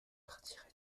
partirai